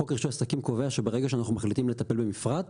חוק רישוי עסקים קובע שברגע שאנחנו מחליטים לטפל במפרט,